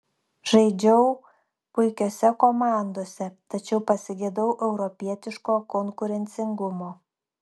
žaidžiau puikiose komandose tačiau pasigedau europietiško konkurencingumo